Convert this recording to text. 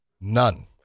None